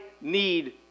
need